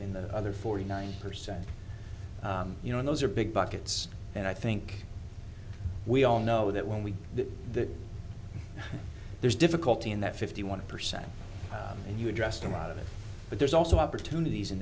in the other forty nine percent you know those are big buckets and i think we all know that when we do that there's difficulty in that fifty one percent and you address them out of it but there's also opportunities in